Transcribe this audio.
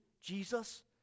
Jesus